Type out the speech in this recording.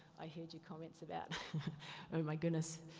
i heard your comments about oh my goodness,